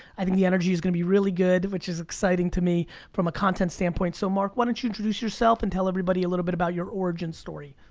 i think the energy is gonna be really good, which is exciting to me from a content standpoint. so, marc why don't you introduce yourself, and tell everybody a little bit about your origin story.